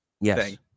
Yes